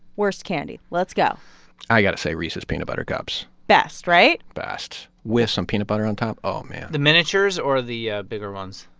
worst candy let's go i got to say reese's peanut butter cups best, right? best with some peanut butter on top. oh, man the miniatures or the ah bigger ones?